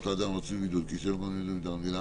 לאדם המצוי בבידוד כי ישהה במקום לבידוד מטעם המדינה"